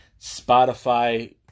Spotify